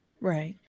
Right